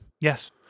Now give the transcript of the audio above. Yes